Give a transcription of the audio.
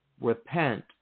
Repent